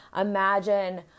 Imagine